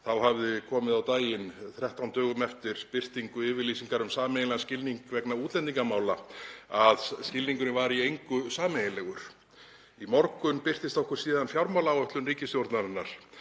hafði komið á daginn 13 dögum eftir birtingu yfirlýsingar um sameiginlegan skilning vegna útlendingamála að skilningurinn var í engu sameiginlegur. Í morgun birtist okkur síðan fjármálaáætlun ríkisstjórnarinnar,